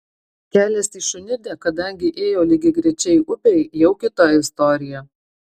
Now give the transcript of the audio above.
kelias į šunidę kadangi ėjo lygiagrečiai upei jau kita istorija